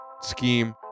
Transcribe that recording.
scheme